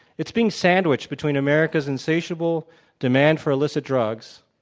it's being sandwiched between america's insatiable demand for illicit drugs,